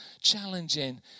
challenging